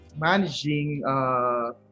managing